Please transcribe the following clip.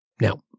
now